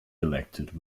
elected